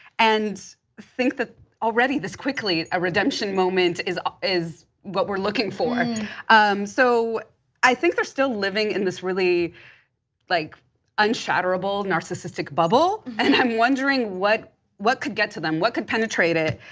and think that already this quick ah redemption moment is ah is what we are looking for so i think they are still living in this really like unshowered or a bold narcissistic bubble and i am wondering what what could get to them? what could penetrate it.